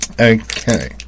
Okay